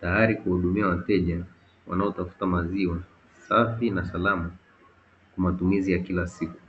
Tayari kuhudumia wateja wanaotafuta maziwa safi na salama kwa matumizi ya kila siku.